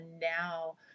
now